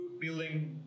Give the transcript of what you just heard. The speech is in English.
Building